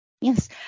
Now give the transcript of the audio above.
Yes